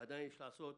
יש לעשות,